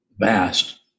vast